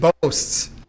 boasts